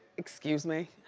excuse me.